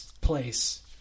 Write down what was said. place